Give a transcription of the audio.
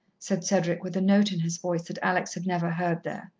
said cedric, with a note in his voice that alex had never heard there,